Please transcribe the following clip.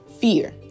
fear